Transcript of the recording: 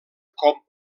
com